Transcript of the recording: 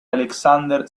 aleksandr